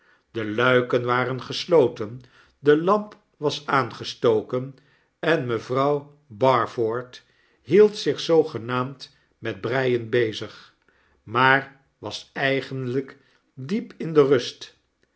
de luiken waren gesloten de lamp was aangestoken en mevrouw barford hield zich zoogenaamd met breien bezig maar was eigenlp diep in de rust